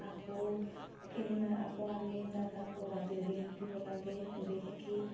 আকৌ কেইদিনমান আকৌ আমি তাত আকৌ ৰাতি ৰখি থাকিব লাগে ৰখি থাকি